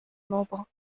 mobile